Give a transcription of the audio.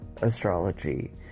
astrology